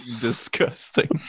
disgusting